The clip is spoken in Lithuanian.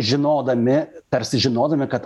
žinodami tarsi žinodami kad